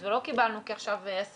לא קיבלנו כי עשינו שרירים